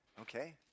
Okay